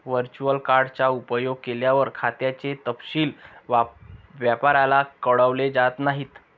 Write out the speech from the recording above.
virtual card चा उपयोग केल्यावर, खात्याचे तपशील व्यापाऱ्याला कळवले जात नाहीत